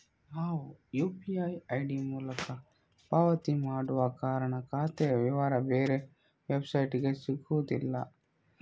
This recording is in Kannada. ನಾವು ಯು.ಪಿ.ಐ ಐಡಿ ಮೂಲಕ ಪಾವತಿ ಮಾಡುವ ಕಾರಣ ಖಾತೆಯ ವಿವರ ಬೇರೆ ವೆಬ್ಸೈಟಿಗೆ ಸಿಗುದಿಲ್ಲ